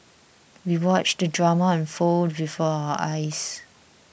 we watched the drama unfold before our eyes